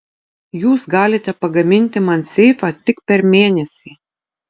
jūs galite pagaminti man seifą tik per mėnesį